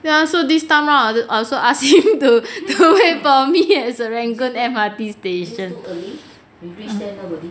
ya so this time round I also ask him to to wait for me at serangoon M_R_T station